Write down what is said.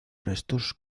restos